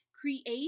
create